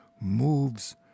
moves